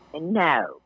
No